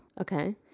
Okay